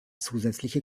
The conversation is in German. zusätzliche